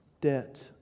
debt